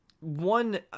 one